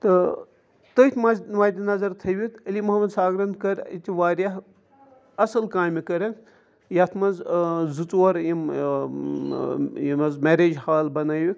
تہٕ تٔتھۍ منٛز مَدِنظر تھٲوِتھ علی محمد ساگرَن کٔر یِژھٕ واریاہ اَصٕل کامہِ کٔرٕکھ یَتھ منٛز زٕ ژور یِم یِم حظ میٚریج ہال بَنٲوِکھ